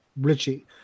Richie